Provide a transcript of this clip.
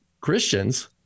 Christians